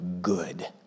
good